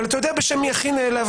אבל אתה יודע בשם מי הכי נעלבתי?